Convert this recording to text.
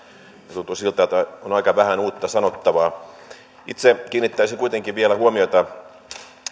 tuntuu siltä että on aika vähän uutta sanottavaa itse kiinnittäisin kuitenkin vielä huomiota